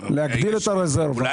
להגדיל את הרזרבה בעצם.